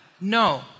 No